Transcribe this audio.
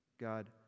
God